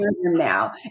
now